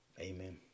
Amen